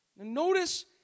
notice